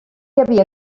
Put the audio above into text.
havia